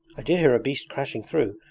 i did hear a beast crashing through.